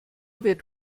wird